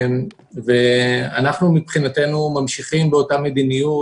אנחנו מבחינתנו ממשיכים באותה מדיניות,